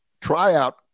tryout